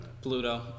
Pluto